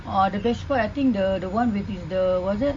orh the best part I think the the one which is the what's that